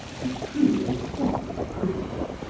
the true aesthetic critic,